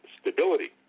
stability